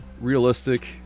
realistic